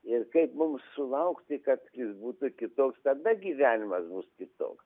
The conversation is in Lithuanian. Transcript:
ir kaip mums sulaukti kad jis būtų kitoks tada gyvenimas bus tiesiog